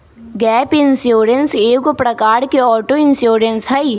gap insurance एगो प्रकार के ऑटो इंश्योरेंस हइ